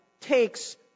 takes